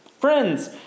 Friends